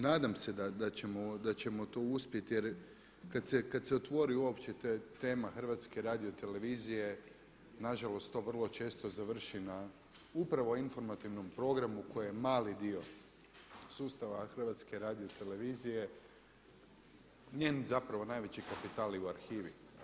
Nadam se da ćemo to uspjeti jer kad se otvori uopće tema HRT-a nažalost to vrlo često završi na upravo Informativnom programu koji je mali dio sustava HRT-a, njen zapravo najveći kapital je u arhivi.